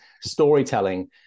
storytelling